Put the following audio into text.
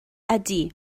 ydy